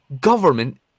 government